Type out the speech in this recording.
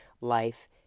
life